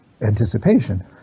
anticipation